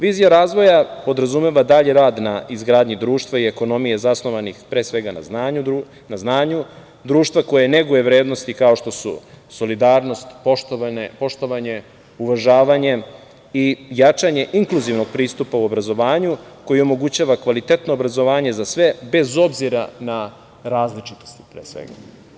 Vizija razvoja podrazumeva dalji rad na izgradnji društva i ekonomije zasnovanih pre svega na znanju društva koje neguje vrednosti kao što su, solidarnost, poštovanje, uvažavanje i jačanje inkluzivnog pristupa u obrazovanju, koji omogućava kvalitetno obrazovanje za sve bez obzira na različitost, pre svega.